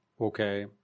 okay